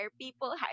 people